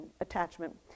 attachment